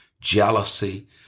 jealousy